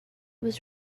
was